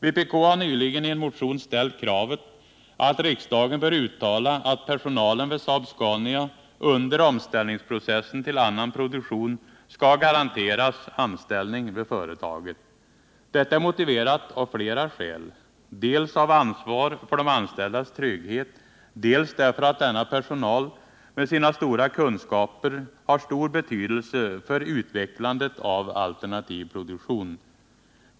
Vpk har nyligen i en motion ställt kravet att riksdagen bör uttala att personalen vid Saab-Scania under processen för omställning till annan produktion skall garanteras anställning vid företaget. Detta är motiverat av flera skäl: dels av ansvar för de anställdas trygghet, dels därför att denna personal med sina stora kunskaper har stor betydelse för utvecklandet av alternativ produktion.